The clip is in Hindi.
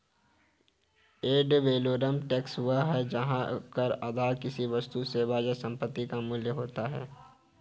एड वैलोरम टैक्स वह है जहां कर आधार किसी वस्तु, सेवा या संपत्ति का मूल्य होता है